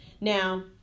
Now